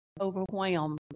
overwhelmed